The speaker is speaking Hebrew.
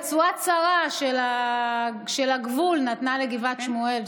רצועה צרה של הגבול נתנה לגבעת שמואל,